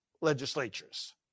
legislatures